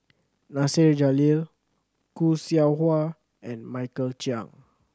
Nasir Jalil Khoo Seow Hwa and Michael Chiang